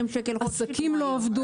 עסקים לא עבדו,